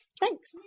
Thanks